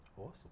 Awesome